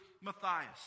Matthias